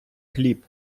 хліб